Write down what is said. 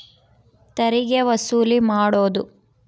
ತೆರಿಗೆ ವಸೂಲು ಮಾಡೋದು